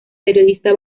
periodista